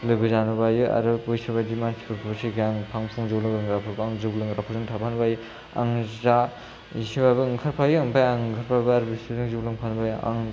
लोगो जानो बायो आरो बैसोरबायदि मानसिफोरखौ सैखाया फां फुं जौ लोंग्राफोरखौ आं जौ लोंग्राफोरजों थाफानो बायो आं जा इसेबाबो ओंखारफायो ओमफ्राय आं ओंखारबाबो बिसोरजों जौ लोंफानो बायो आं